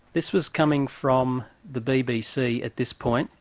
this was coming from the bbc at this point,